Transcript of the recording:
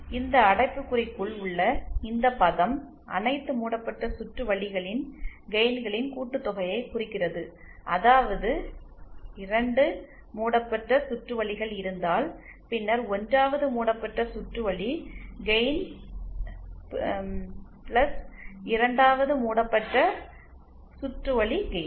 எனவே இந்த அடைப்புக்குறிக்குள் உள்ள இந்த பதம் அனைத்து மூடப்பட்ட சுற்று வழிகளின் கெயின்களின் கூட்டுத்தொகையைக் குறிக்கிறது அதாவது 2 மூடப்பட்ட சுற்று வழிகள் இருந்தால் பின்னர் 1 வது மூடப்பட்ட சுற்று வழி கெயின் 2வது மூடப்பட்ட சுற்று வழி கெயின்